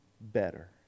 better